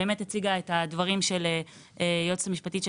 היא באמת הציגה את הדברים של היועצת המשפטית של